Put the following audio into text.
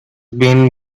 been